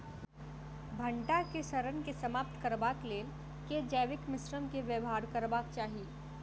भंटा केँ सड़न केँ समाप्त करबाक लेल केँ जैविक मिश्रण केँ व्यवहार करबाक चाहि?